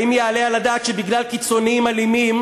האם יעלה על הדעת שבגלל קיצונים אלימים